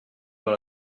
dans